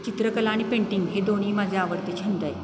चित्रकला आणि पेंटिंग हे दोन्ही माझे आवडते छंद आहेत